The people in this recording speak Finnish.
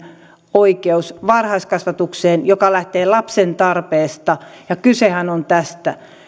oikeus varhaiskasvatukseen joka lähtee lapsen tarpeesta ja kysehän on tästä